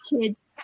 kids